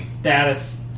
Status